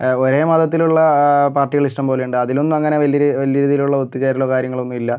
ഒരേ മതത്തിലുള്ള പാർട്ടികളിഷ്ടം പോലെയുണ്ട് അതിലൊന്നുമങ്ങനെ വലിയ വലിയ രീതിയിലുള്ള ഒത്തു ചേരലോ കാര്യങ്ങളൊന്നും ഇല്ല